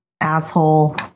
Asshole